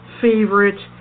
favorite